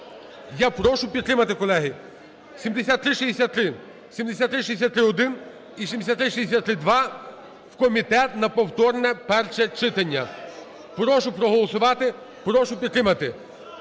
Я прошу підтримати, колеги, 7363, 7363-1 і 7363-2 в комітет на повторне перше читання. Прошу проголосувати, прошу підтримати.